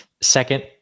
Second